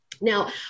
Now